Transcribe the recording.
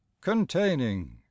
containing